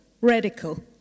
radical